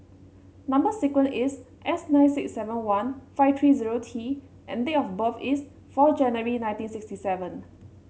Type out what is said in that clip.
number sequence is S nine six seven one five three zero T and date of birth is four January nineteen sixty seven